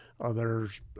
Others